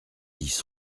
dix